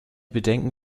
bedenken